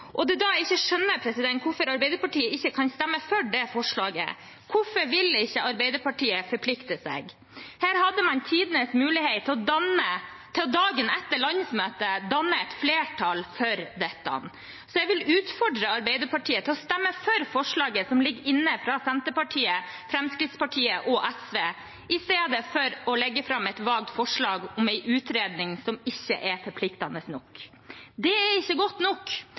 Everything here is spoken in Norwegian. Og da skjønner jeg ikke hvorfor Arbeiderpartiet ikke kan stemme for det forslaget. Hvorfor vil ikke Arbeiderpartiet forplikte seg? Her hadde man tidenes mulighet, dagen etter landsmøtet, til å danne et flertall for dette. Så jeg vil utfordre Arbeiderpartiet til å stemme for forslaget som ligger inne, fra Senterpartiet, Fremskrittspartiet og SV, i stedet for å legge fram et vagt forslag om en utredning, som ikke er forpliktende nok. Det er ikke godt nok.